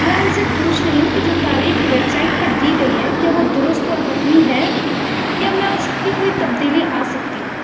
میں ان سے پوچھ رہی ہوں کہ جو تاریخ ویب سائٹ پر دی گئی ہے کیا وہ درست اور حتمی ہے یا میں اس کی کوئی تبدیلی آ سکتی ہے